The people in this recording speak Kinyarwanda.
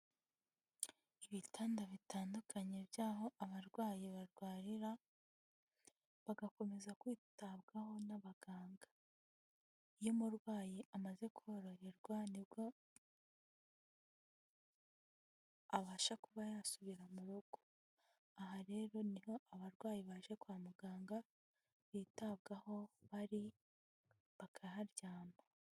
Ibitanda bitandukanye by'aho abarwayi barwarira, bagakomeza kwitabwaho n'abaganga, iyo umurwayi amaze koroherwa, nibwo abasha kuba yasubira mu rugo, aha rero niho abarwayi baje kwa muganga bitabwaho bari bakaharyama.